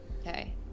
Okay